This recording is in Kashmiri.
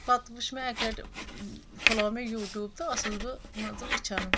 پتہٕ وچھ مےٚ اکہِ لٹہِ کھُلٲو مےٚ یوٹیوٗب تہٕ ٲسس بہٕ مان ژٕ وٕچھان